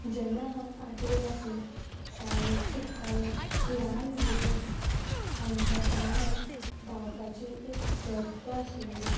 जेन्ना हांव आठवेक आसलें शाळेंत शिकतालें ल्हान भुरगें आमच्या शाळेंत धावपाची एक सर्त आशिल्ली